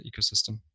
ecosystem